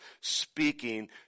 speaking